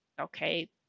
okay